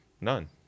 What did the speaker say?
None